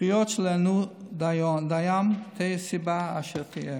קריאות שלא נענו דיין, תהא הסיבה אשר תהיה.